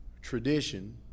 tradition